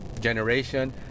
generation